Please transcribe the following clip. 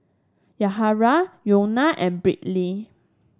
Yahaira Wynona and Brittney